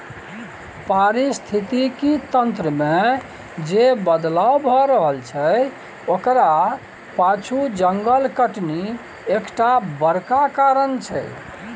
पारिस्थितिकी तंत्र मे जे बदलाव भए रहल छै ओकरा पाछु जंगल कटनी एकटा बड़का कारण छै